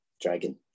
dragon